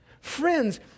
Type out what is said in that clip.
Friends